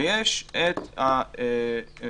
ויש את התשתיות